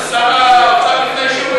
סגן השר,